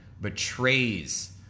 betrays